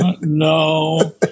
No